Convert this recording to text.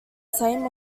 same